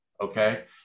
okay